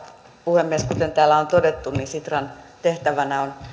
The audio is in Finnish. puhemies kuten täällä on todettu sitran tehtävänä on